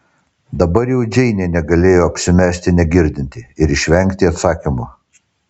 dabar jau džeinė negalėjo apsimesti negirdinti ir išvengti atsakymo